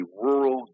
rural